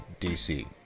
DC